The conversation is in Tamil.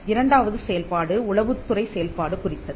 இரண்டாவது செயல்பாடு உளவுத்துறை செயல்பாடு குறித்தது